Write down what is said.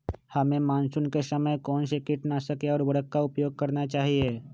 हमें मानसून के समय कौन से किटनाशक या उर्वरक का उपयोग करना चाहिए?